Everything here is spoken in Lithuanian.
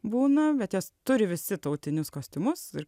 būna bet jos turi visi tautinius kostiumus ir